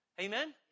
Amen